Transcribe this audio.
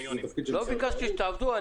לא ביקשתי שתעבדו מולם.